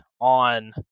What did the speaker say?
on